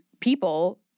people